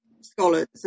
scholars